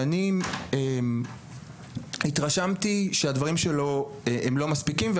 ואני התרשמתי שהדברים שלו הם לא מספיקים.